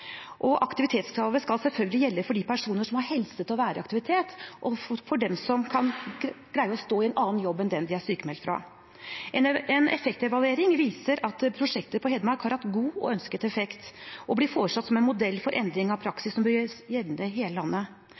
og aktivitetskravet skal selvfølgelig gjelde for de personer som har helse til å være i aktivitet, og for dem som kan greie å stå i en annen jobb enn den de er sykmeldt fra. En effektevaluering viser at prosjektet på Hedmark har hatt god og ønsket effekt, og det blir foreslått som en modell for endring av praksis over hele landet.